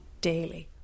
daily